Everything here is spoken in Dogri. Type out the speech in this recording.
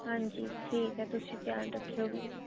हां जी ठीक ऐ तुसी ध्यान रक्खेओ फ्ही